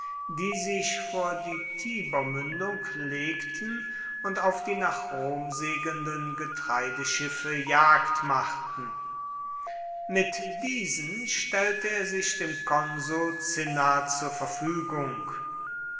die sich vor die tibermündung legten und auf die nach rom segelnden getreideschiffe jagd machten mit diesen stellte er sich dem konsul cinna zur verfügung